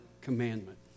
commandment